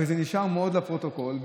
וזה נשאר מאוד לפרוטוקול,